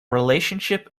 relationship